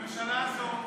הממשלה הזו,